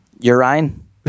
Urine